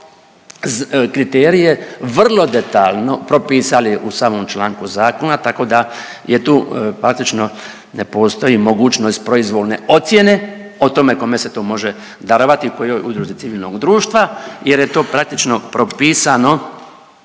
Te smo kriterije vrlo detaljno propisali u samom članku zakona, tako da je tu praktično ne postoji mogućnost proizvoljne ocjene o tome kome se to može darovati i kojoj udruzi civilnog društva jer je to praktično propisano